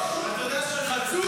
אתה מדבר איתי על חיזבאללה?